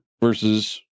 versus